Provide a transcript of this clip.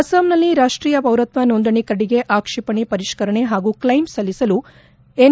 ಅಸ್ಸಾಂನಲ್ಲಿ ರಾಷ್ಷೀಯ ಪೌರತ್ವ ನೋಂದಣಿ ಕರಡಿಗೆ ಆಕ್ಷೇಪಣೆ ಪರಿಷ್ಕರಣೆ ಹಾಗೂ ಕ್ಷೈಮ್ ಸಲ್ಲಿಸಲು ಎನ್